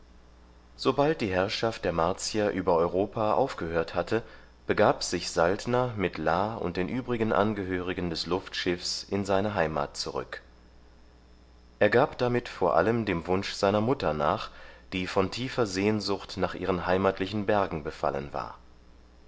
sobald die herrschaft der martier über europa aufgehört hatte begab sich saltner mit la und den übrigen angehörigen des luftschiffs in seine heimat zurück er gab damit vor allem dem wunsch seiner mutter nach die von tiefer sehnsucht nach ihren heimatlichen bergen befallen war